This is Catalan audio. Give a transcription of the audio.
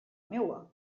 meua